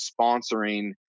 sponsoring